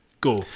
go